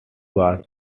was